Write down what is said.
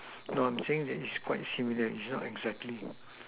no I'm saying it's quite similar it's not exactly